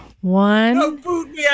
One